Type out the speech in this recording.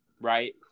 right